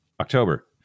October